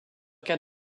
cas